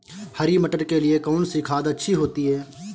हरी मटर के लिए कौन सी खाद अच्छी होती है?